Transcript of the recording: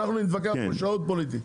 אנחנו נתווכח פה שעות פוליטית.